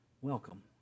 welcome